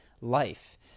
life